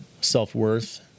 self-worth